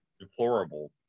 deplorable